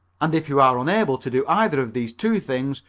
and if you are unable to do either of these two things,